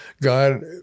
God